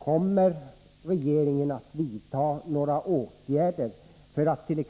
Kommer regeringen att vidta några åtgärder för att t.ex.